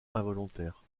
involontaire